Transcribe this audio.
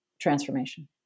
transformation